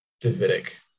Davidic